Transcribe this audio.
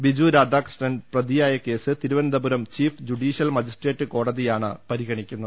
ബിജുരാധാകൃഷ്ണൻ പ്രതിയായ case Thiruvananthapuram chief judicial magistrate കോടതിയാണ് case പരിഗണി ക്കുന്നത്